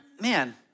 man